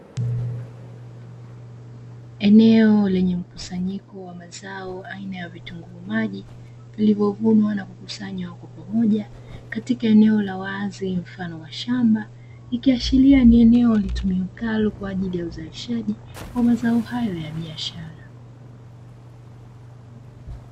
Eneo lenye mkusanyiko wa mazao aina ya vitunguu maji vilivyovunwa na kukusanywa kwa pamoja katika eneo a wazi mfano wa shamba ikiashiria ni eneo, litumikalo kwaajiliya uzalishaji wa mazao hayo ya biashara.